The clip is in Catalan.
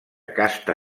casta